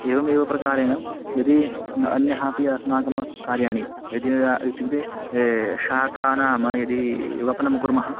एवमेव प्रकारेण यदि अन्यः अपि अस्माकं कार्याणि यदि इत्युक्ते शाकानां यदि वपनं कुर्मः